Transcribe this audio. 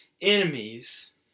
enemies